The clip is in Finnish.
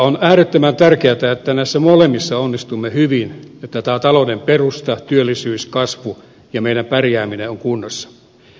on äärettömän tärkeätä että näissä molemmissa onnistumme hyvin jotta tämä talouden perusta työllisyyskasvu ja meidän pärjääminen on kunnossa